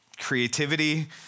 creativity